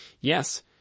Yes